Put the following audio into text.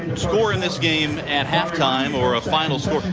score in this game at half-time or a final score,